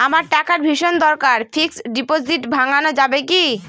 আমার টাকার ভীষণ দরকার ফিক্সট ডিপোজিট ভাঙ্গানো যাবে কি?